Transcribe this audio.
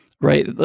right